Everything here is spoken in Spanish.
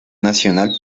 nacional